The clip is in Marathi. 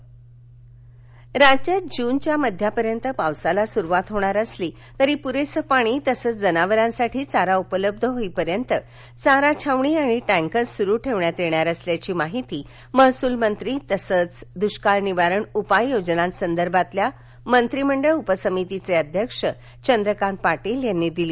दृष्काळ निवारण राज्यात जूनच्या मध्यापर्यंत पावसाला सुरूवात होणार असली तरी पुरेसे पाणी तसेच जनावरांसाठी चारा उपलब्ध होईपर्यंत चारा छावणी व टँकर सुरू ठेवण्यात येणार असल्याची माहिती महसूलमंत्री तथा दृष्काळ निवारण उपाय योजनासंदर्भातील मंत्रिमंडळ उपसमितीचे अध्यक्ष चंद्रकांत पाटील यांनी दिली